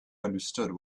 understood